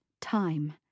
time